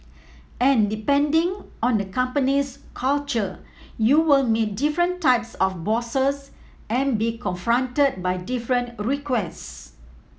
and depending on a company's culture you will meet different types of bosses and be confronted by different requests